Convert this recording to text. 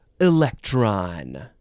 electron